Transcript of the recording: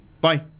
Bye